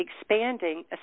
expanding